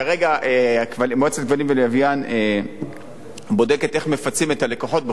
כרגע מועצת הכבלים והלוויין בודקת איך מפצים את הלקוחות.